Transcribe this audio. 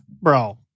Bro